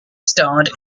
starred